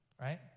right